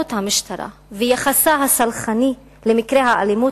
רשלנות המשטרה ויחסה הסלחני למקרי האלימות